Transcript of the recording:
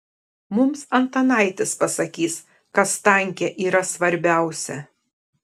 mums antanaitis pasakys kas tanke yra svarbiausia